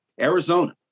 Arizona